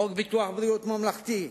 חוק ביטוח בריאות ממלכתי,